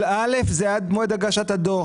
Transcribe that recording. אבל (א) זה עד מועד הגשת הדוח,